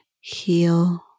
heal